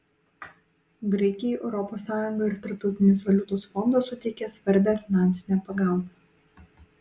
graikijai europos sąjunga ir tarptautinis valiutos fondas suteikė svarbią finansinę pagalbą